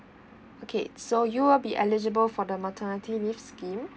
okay so you will be eligible for the maternity leaves scheme